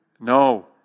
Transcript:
No